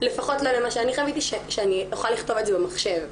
לפחות לא למה שאני חוויתי שאני אוכל לכתוב את זה במחשב.